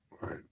Right